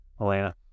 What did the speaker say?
Elena